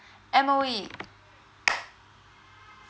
M_O_E